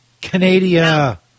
Canada